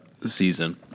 season